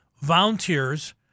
volunteers